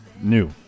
New